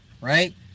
right